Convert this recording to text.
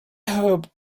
hope